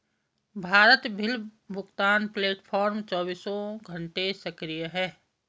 Bharat bill भुगतान platform चौबीसों घंटे सक्रिय है